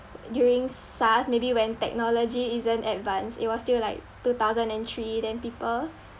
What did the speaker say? during SARS maybe when technology isn't advanced it was still like two thousand and three then people